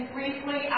Briefly